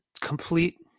complete